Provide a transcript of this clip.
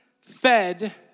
fed